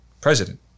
president